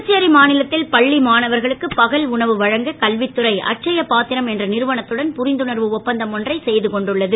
புதுச்சேரி மாநிலத்தில் பள்ளி மாணவர்களுக்கு பகல் உணவு வழங்க கல்வித்துறை அட்சயப் பாத்திர நிறுவனத்துடன் புரிந்துணர்வு ஒப்பந்தம் ஒன்றை செய்து கொண்டுள்ளது